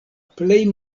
plej